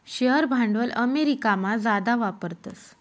share भांडवल अमेरिकामा जादा वापरतस